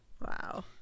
Wow